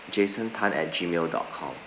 jason tan at gmail dot com